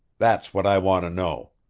that's what i want to know.